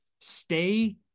stay